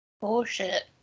Bullshit